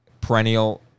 perennial